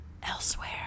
elsewhere